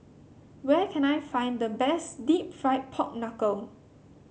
where can I find the best deep fried Pork Knuckle